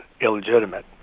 illegitimate